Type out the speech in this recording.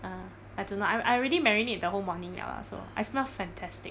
uh I don't know I I already marinate the whole morning liao lah so I smell fantastic